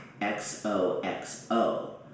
X-O-X-O